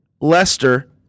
Leicester